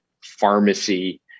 pharmacy